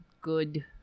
good